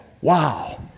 wow